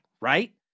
right